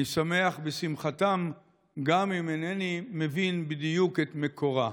אני שמח בשמחתם גם אם אינני מבין בדיוק את מקורה.